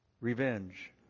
revenge